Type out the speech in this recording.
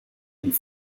and